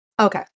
Okay